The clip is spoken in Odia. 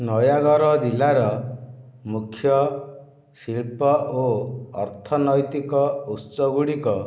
ନୟାଗଡ଼ ଜିଲ୍ଲାର ମୁଖ୍ୟ ଶିଳ୍ପ ଓ ଅର୍ଥନୈତିକ ଉତ୍ସ ଗୁଡ଼ିକ